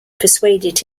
persuaded